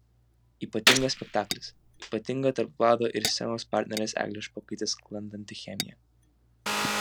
ypatingas spektaklis ypatinga tarp vlado ir jo scenos partnerės eglės špokaitės sklandanti chemija